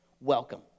welcome